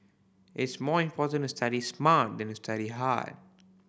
it's more important to study smart than to study hard